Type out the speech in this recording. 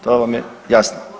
To vam je jasno.